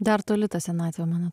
dar toli ta senatvė man at